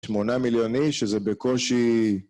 שמונה מיליון איש שזה בקושי